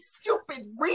stupid